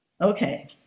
Okay